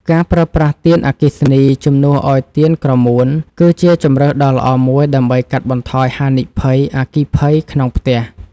ការប្រើប្រាស់ទៀនអគ្គិសនីជំនួសឱ្យទៀនក្រមួន គឺជាជម្រើសដ៏ល្អមួយដើម្បីកាត់បន្ថយហានិភ័យអគ្គិភ័យក្នុងផ្ទះ។